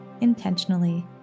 intentionally